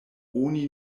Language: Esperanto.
oni